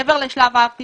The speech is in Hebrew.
מעבר לשלב האב טיפוס,